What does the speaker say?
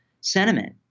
sentiment